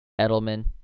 Edelman